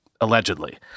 allegedly